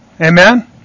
Amen